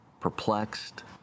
perplexed